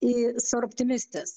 sor optimistes